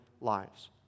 lives